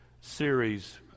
series